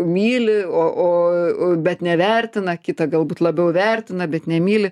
mylio bet nevertina kitą galbūt labiau vertina bet nemyli